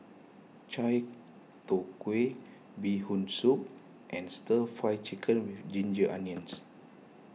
Chai Tow Kuay Bee Hoon Soup and Stir Fried Chicken with Ginger Onions